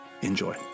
Enjoy